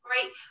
great